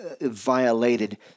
violated